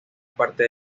parte